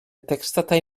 textdatei